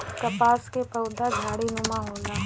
कपास क पउधा झाड़ीनुमा होला